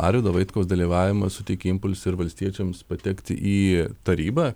arvydo vaitkaus dalyvavimas suteikė impulsą ir valstiečiams patekti į tarybą